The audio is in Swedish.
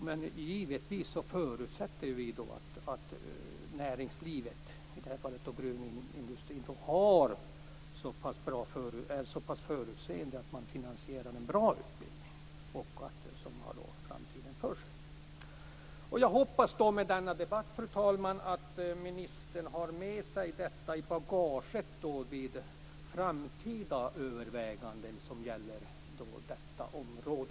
Men givetvis förutsätter vi att näringslivet, i det här fallet gruvindustrin, är så pass förutseende att man finansierar en bra utbildning som har framtiden för sig. Jag hoppas, fru talman, att ministern har med sig detta i bagaget vid framtida överväganden inom detta område.